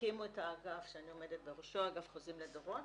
הקימו את האגף שאני עומדת בראשו, אגף חוזים לדורות